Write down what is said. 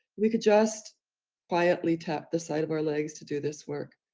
we could just quietly tap the side of our legs to do this work.